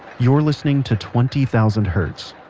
you're listening to twenty thousand hertz.